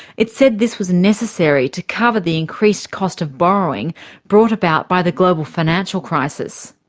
it said this was necessary to cover the increased cost of borrowing brought about by the global financial crisis.